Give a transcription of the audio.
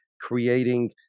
creating